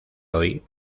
hoy